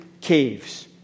Caves